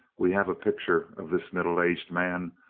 we have a picture of this middle-aged man,